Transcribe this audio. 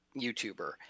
YouTuber